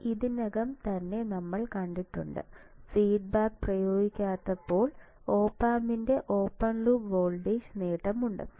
ഇത് ഇതിനകം തന്നെ നമ്മൾ കണ്ടിട്ടുണ്ട് ഫീഡ്ബാക്ക് പ്രയോഗിക്കാത്തപ്പോൾ ഓപമ്പിന് ഓപ്പൺ ലൂപ്പ് വോൾട്ടേജ് നേട്ടമുണ്ട്